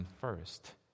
first